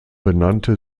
benannte